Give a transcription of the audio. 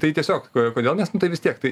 tai tiesiog kodėl nes nu tai vis tiek tai